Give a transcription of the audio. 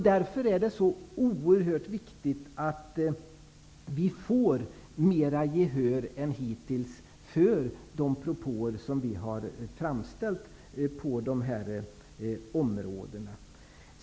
Därför är det så oerhört viktigt att vi får mer gehör än hittills för de propåer som vi har framställt på dessa områden.